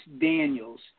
Daniels